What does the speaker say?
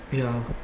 ya